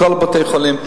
בכל בתי-החולים.